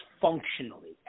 functionally